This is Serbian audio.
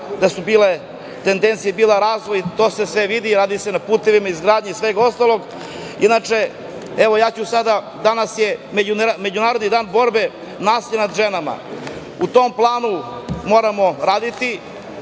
da je tendencija bila razvoj. To se sve vidi, radi se na putevima, izgradnji svega ostalog. Inače, sada ću, danas je Međunarodni dan borbe nasilja nad ženama, u tom planu moramo raditi.